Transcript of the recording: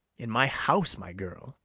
in my house, my girl.